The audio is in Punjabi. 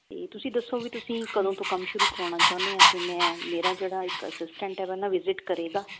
ਤੇ ਤੁਸੀਂ ਦੱਸੋ ਵੀ ਤੁਸੀਂ ਕਦੋਂ ਤੋਂ ਕੰਮ ਸ਼ੁਰੂ ਕਰਾਉਣਾ ਚਾਹੁਨੇ ਆ ਤੇ ਮੈਂ ਮੇਰਾ ਜਿਹੜਾ ਇੱਕ ਅਸਿਸਟੈਂਟ ਹੈਗਾ ਨਾ ਵਿਜਿਟ ਕਰੇਗਾ